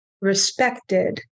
respected